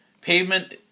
Pavement